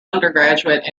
undergraduate